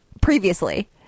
previously